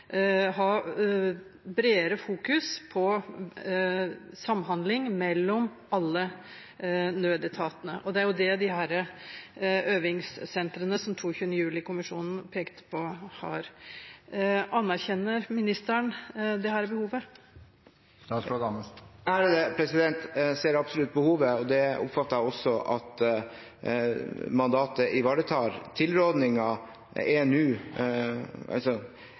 på samhandling mellom alle nødetatene, og det er jo det disse øvingssentrene som 22. juli-kommisjonen pekte på, har. Anerkjenner ministeren dette behovet? Jeg ser absolutt behovet, og det oppfatter jeg også at mandatet ivaretar. Etter at forslagene er